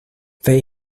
they